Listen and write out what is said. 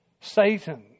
Satan